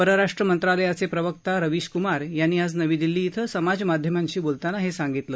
परराष्ट्र मंत्रालयाचे प्रवक्ता रवीश क्मार यांनी आज नवी दिल्ली इथं समाज माध्यमांशी बोलताना हे सांगितलं